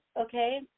okay